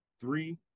three